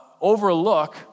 overlook